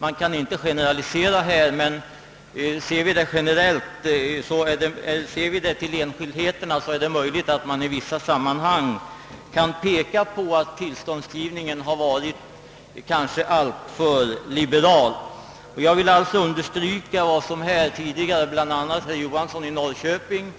Man kan inte generalisera här, men ser vi på enskildheterna är det möjligt att man i vissa sammanhang kan peka på att tillståndsgivningen har varit alltför liberal. Jag vill alltså understryka vad som här tidigare, bl.a. av herr Johansson i Norrköping,